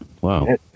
Wow